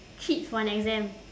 cheat for an exam